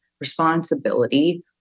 responsibility